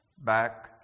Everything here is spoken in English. back